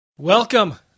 Welcome